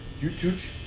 you tooch.